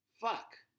Fuck